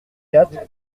quatre